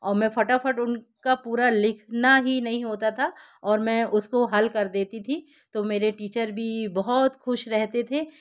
और मैं फटाफट उनका पूरा लिखना ही नहीं होता था और मैं उसको हल कर देती थी तो मेरे टीचर भी बहुत खुश रहते थे